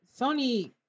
Sony